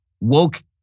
woke